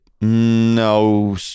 No